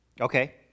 Okay